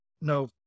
no